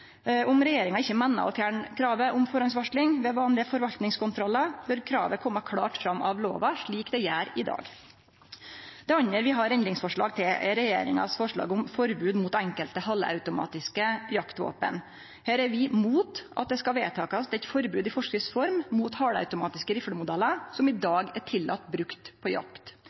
Om regjeringa ikkje meiner å fjerne kravet om førehandsvarsling ved vanlege forvaltningskontrollar, bør kravet kome klart fram av lova, slik det gjer i dag. Det andre vi har endringsforslag til, er regjeringas forslag om forbod mot enkelte halvautomatiske jaktvåpen. Her er vi imot at det skal vedtakast eit forbod i forskrifts form mot halvautomatiske riflemodellar som det i dag er tillate å bruke på jakt.